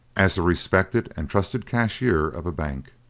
as the respected and trusted cashier of a bank.